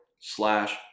slash